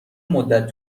مدت